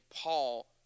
Paul